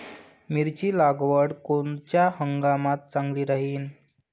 मिरची लागवड कोनच्या हंगामात चांगली राहीन?